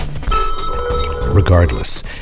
Regardless